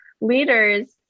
leaders